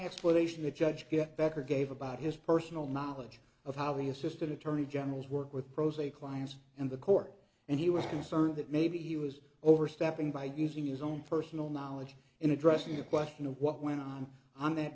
should judge get back or gave about his personal knowledge of how the assistant attorney general's work with pros a clients and the court and he was concerned that maybe he was overstepping by using his own personal knowledge in addressing a question of what went on on that